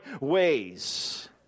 ways